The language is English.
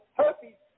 herpes